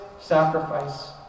sacrifice